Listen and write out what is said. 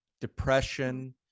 depression